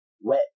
wet